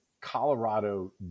Colorado